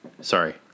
Sorry